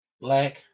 black